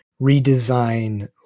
redesign